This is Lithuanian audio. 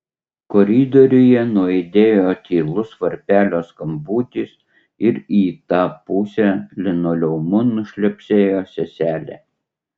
koridoriuje nuaidėjo tylus varpelio skambutis ir į tą pusę linoleumu nušlepsėjo seselė